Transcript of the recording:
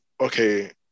okay